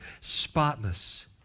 spotless